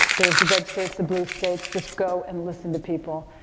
there's the red states, the blue states, just go and listen to people,